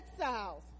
exiles